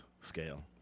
scale